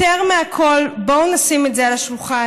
יותר מכול, בואו נשים את זה על השולחן,